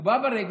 הוא בא ברגל.